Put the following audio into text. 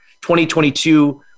2022